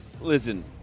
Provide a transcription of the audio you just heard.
listen